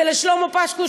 ולשלמה פשקוס,